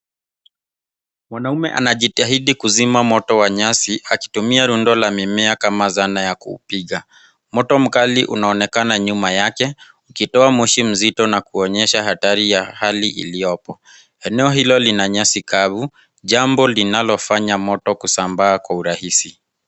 Mwanaume anajitahidi kuzima moto wa nyasi akitumia rundo la mimea kama zana ya kupiga. Moto mkali unaonekana nyuma yake, ukitoa moshi mziti na kuonyesga hatari ya hali iliyopo. Eneo hilo lina nyasi kavu jambo linalofanya moto kusambaa kwa urahisi.